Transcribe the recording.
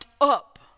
up